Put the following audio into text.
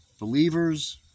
believers